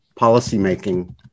policymaking